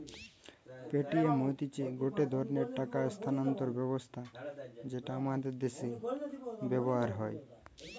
Paytm হতিছে গটে ধরণের টাকা স্থানান্তর ব্যবস্থা যেটা আমাদের দ্যাশে ব্যবহার হয়